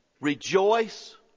Rejoice